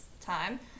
time